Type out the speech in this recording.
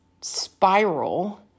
spiral